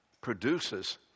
produces